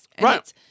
Right